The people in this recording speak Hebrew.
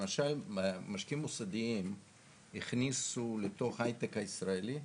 למשל משקיעים מוסדיים הכניסו לתוך ההייטק הישראלי,